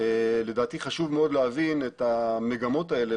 לדעתי חשוב מאוד להבין את המגמות האלה